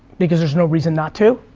because there's no reason not to.